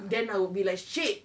then I would be like shit